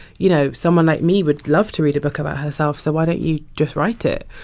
you know, someone like me would love to read a book about herself, so why don't you just write it?